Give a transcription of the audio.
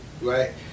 right